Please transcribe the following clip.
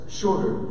shorter